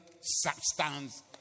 substance